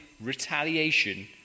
retaliation